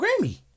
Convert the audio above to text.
Grammy